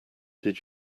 did